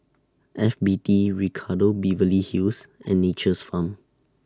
F B T Ricardo Beverly Hills and Nature's Farm